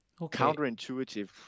Counterintuitive